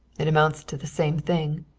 it amounts to the same thing.